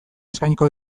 eskainiko